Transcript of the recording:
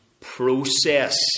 process